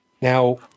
Now